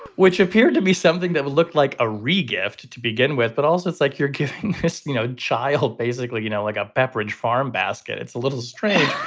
which appeared to be something that looked like a re gift to begin with. but also, it's like you're giving this, you know, child basically, you know, like a pepperidge farm basket. it's a little strange.